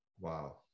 Wow